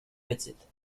petites